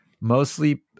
mostly